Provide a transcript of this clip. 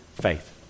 faith